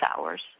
hours